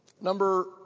Number